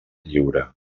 lliure